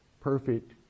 perfect